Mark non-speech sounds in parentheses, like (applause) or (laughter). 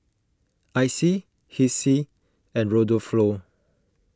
Icie Hessie and (unintelligible)